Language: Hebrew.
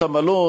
קודם כול,